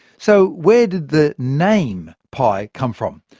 so where did the name pi come from?